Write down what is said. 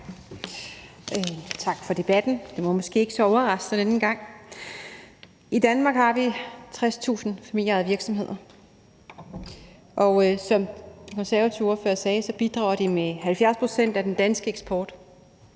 Tak for debatten, som måske ikke var så overraskende. I Danmark har vi 60.000 familieejede virksomheder, og som den konservative ordfører sagde, bidrager de med 70 pct. af den danske eksport.